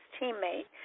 teammate